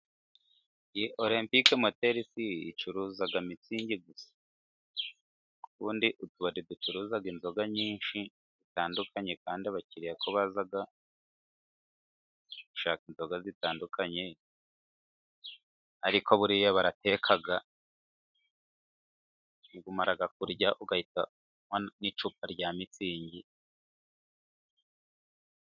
Iyi orempike moteri icuruza mitsingi gusa, ubundi utubari ducuruza inzoga nyinshi zitandukanye kandi abakiriya ko baza gushaka inzoga zitandukanye, ariko buriya barateka; umara kurya ugahita unywa n'icupa rya mitsingi.